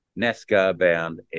NASCAR-bound